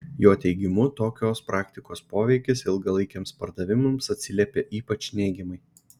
jo teigimu tokios praktikos poveikis ilgalaikiams pardavimams atsiliepia ypač neigiamai